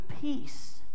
peace